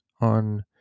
on